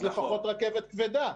אז לפחות רכבת כבדה.